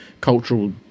cultural